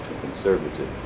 conservative